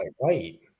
Right